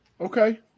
Okay